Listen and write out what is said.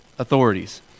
authorities